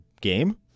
game